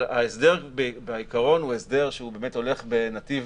אבל ההסדר בעיקרון הוא הסדר שבאמת הולך בנתיב